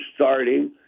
starting